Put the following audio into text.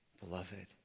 beloved